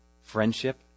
friendship